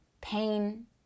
pain